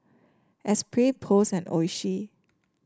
Espirit Post and Oishi